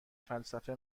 فلسفه